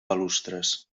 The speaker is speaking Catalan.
balustres